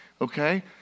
okay